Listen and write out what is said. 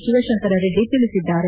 ಶಿವಶಂಕರರೆಡ್ಡಿ ತಿಳಿಸಿದ್ದಾರೆ